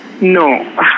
no